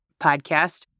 podcast